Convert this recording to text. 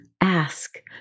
Ask